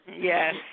Yes